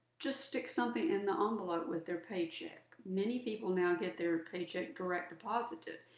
just stick something in the envelope with their paycheck. many people now get their paycheck direct deposited.